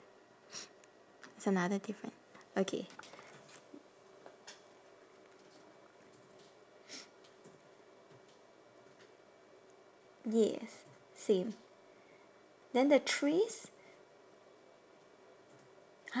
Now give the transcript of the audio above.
it's another difference okay yes same then the trees !huh!